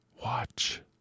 Watch